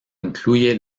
incluye